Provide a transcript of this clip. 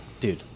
dude